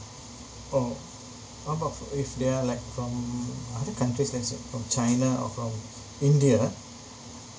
oh how about if they're like from other countries let's say from China or from India